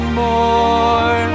more